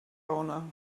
owner